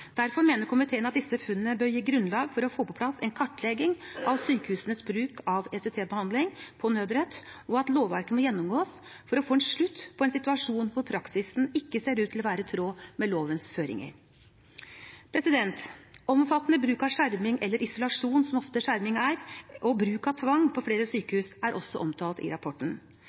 Derfor mener komiteen at disse funnene bør gi grunnlag for å få på plass en kartlegging av sykehusenes bruk av ECT-behandling på nødrett, og at lovverket må gjennomgås for å få en slutt på en situasjon hvor praksisen ikke ser ut til å være i tråd med lovens føringer. Omfattende bruk av skjerming eller isolasjon, som skjerming ofte er, og bruk av tvang på flere sykehus, er også omtalt i rapporten.